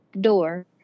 door